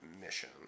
mission